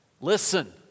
Listen